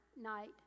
night